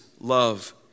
love